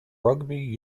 rugby